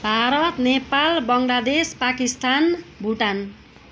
Bharat Nepal Bangladesh Pakistan Bhutan